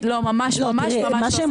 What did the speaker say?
לא, ממש ממש לא.